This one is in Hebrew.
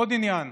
ועוד עניין,